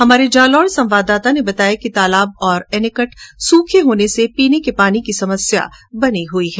हमारे जालौर संवाददाता ने बताया कि तालाब और एनीकट सूखे होने से पीने के पानी की समस्या बनी हई है